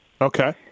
Okay